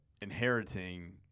inheriting